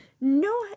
No